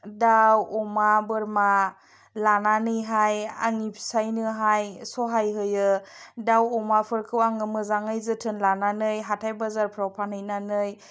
दाउ अमा बोरमा लानानैहाय आंनि फिसाइनोहाय सहाय होयो दाउ अमाफोरखौ आङो मोजाङै जोथोन लानानै हाथाइ बाजारफ्राव फानहैनानै